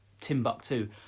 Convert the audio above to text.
Timbuktu